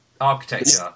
architecture